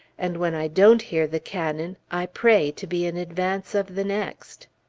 and when i don't hear the cannon, i pray, to be in advance of the next.